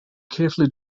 carefully